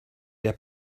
der